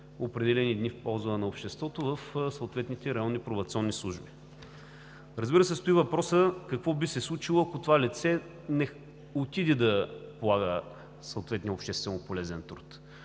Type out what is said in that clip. определени дни в полза на обществото в съответните районни пробационни служби. Разбира се, стои въпросът: какво би се случило, ако това лице не отиде да полага съответния общественополезен труд?